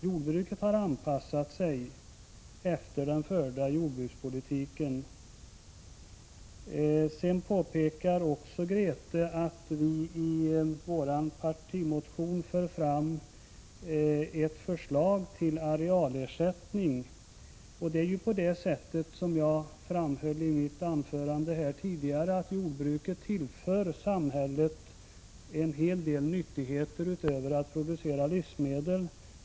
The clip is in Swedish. Jordbruket har anpassat sig efter den förda jordbrukspolitiken. Grethe Lundblad påpekade vidare att vi i vår partimotion för fram ett förslag till arealersättning. Det är ju på det sättet, som jag framhöll i mitt anförande här tidigare, att jordbruket tillför samhället en hel del nyttigheter utöver att producera livsmedel.